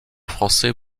français